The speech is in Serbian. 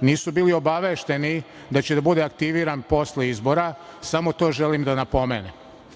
nisu bili obavešteni da će da bude aktiviran posle izbora, samo to želim da napomenem. Što